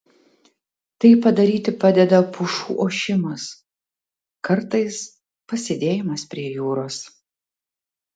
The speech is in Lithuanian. tai padaryti padeda pušų ošimas kartais pasėdėjimas prie jūros